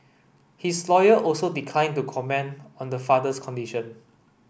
his lawyer also declined to comment on the father's condition